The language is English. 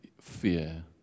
fear